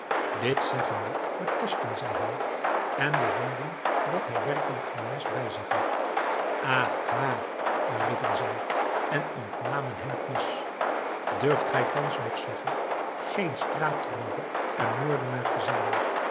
dit zeggende betastten zij hem en bevonden dat hij werkelijk een mes bij zich had aha riepen zij en ontnamen hem het mes durft gij thans nog zeggen geen straatroover en moordenaar te zijn